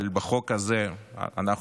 אבל על החוק הזה אנחנו,